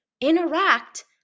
interact